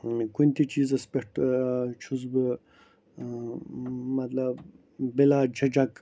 کُنہِ تہِ چیٖزَس پٮ۪ٹھ چھُس بہٕ مطلب بِلا جِجکھ